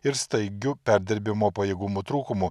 ir staigiu perdirbimo pajėgumų trūkumu